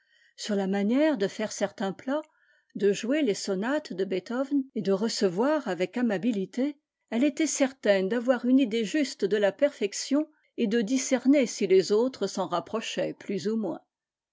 sur la manière de faire certains plats de jouer les sonates de beethoven et de recevoir avec amabilité elle était certaine d'avoir une idée juste de la perfection et de discerner si les autres s'en rapprochaient plus ou moins